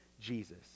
Jesus